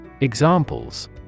Examples